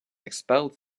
expelled